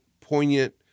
poignant